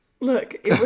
look